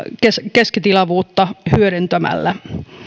keskitilavuutta hyödyntämällä